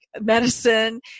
medicine